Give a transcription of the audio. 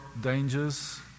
dangers